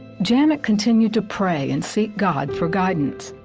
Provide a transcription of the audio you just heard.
gemma continue to pray and seek god for guidance.